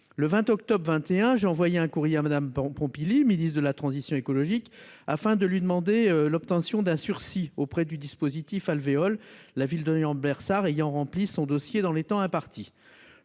le 20 octobre 21, j'ai envoyé un courrier à Madame Pompili, ministre de la transition écologique afin de lui demander l'obtention d'un sursis auprès du dispositif alvéoles la ville Lambersart ayant rempli son dossier dans les temps impartis.